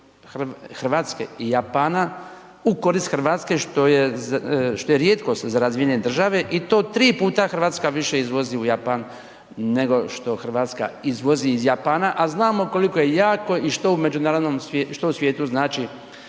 Hrvatske i Japana u korist Hrvatske što je rijetkost za razvijene države i to 3 puta Hrvatska više izvozi u Japan, nego što Hrvatska izvozi iz Japana, a znamo koliko je jako i što u međunarodnom svijetu,